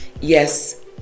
Yes